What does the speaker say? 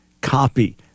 copy